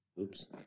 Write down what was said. Oops